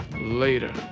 Later